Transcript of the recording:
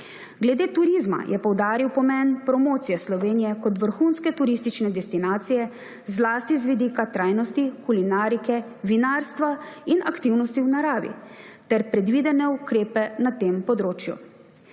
Glede turizma je poudaril pomen promocije Slovenije kot vrhunske turistične destinacije, zlasti z vidika trajnosti, kulinarike, vinarstva in aktivnosti v naravi ter predvidene ukrepe na tem področju.